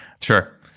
Sure